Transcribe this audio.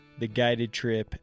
theguidedtrip